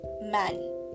man